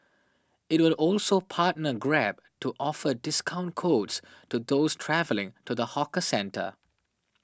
it will also partner Grab to offer discount codes to those travelling to the hawker centre